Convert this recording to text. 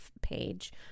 page